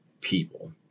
people